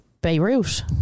Beirut